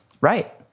Right